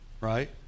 right